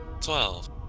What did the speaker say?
Twelve